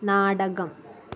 നാടകം